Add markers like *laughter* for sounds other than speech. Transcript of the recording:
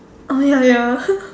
oh ya ya *laughs*